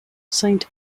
saint